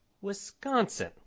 Wisconsin